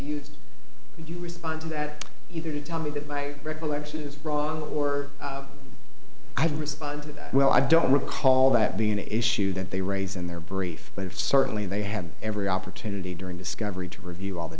if you respond to that either you tell me that my recollection is wrong or i don't respond well i don't recall that being the issue that they raise in their brief but certainly they had every opportunity during discovery to review all the